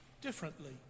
differently